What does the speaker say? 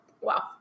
wow